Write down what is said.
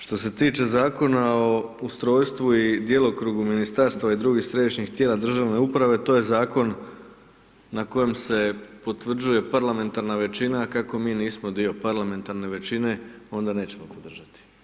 Što se tiče Zakona o ustrojstvu i djelokrugu ministarstava i drugih središnjih tijela državne uprave to je zakon na kojem se potvrđuje parlamentarna većina a kako mi nismo dio parlamentarne većine onda nećemo podržati.